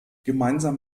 gemeinsam